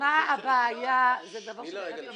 די, מספיק.